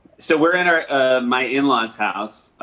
so we're in our my in-laws' house.